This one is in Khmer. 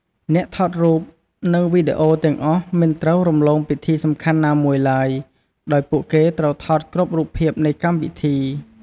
អ្នកថតរូប និងវីដេអូទាំងអស់មិនត្រូវរំលងពិធីសំខាន់ណាមួយឡើយ ដោយពួកគេត្រូវថតគ្រប់រូបភាពនៃកម្មវីធី។